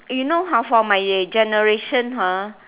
you know !huh! for my generation ah